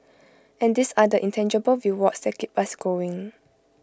and these are the intangible rewards that keep us going